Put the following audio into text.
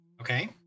Okay